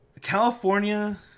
California